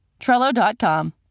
Trello.com